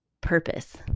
purpose